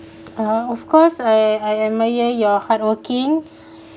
uh of course I I admire your hardworking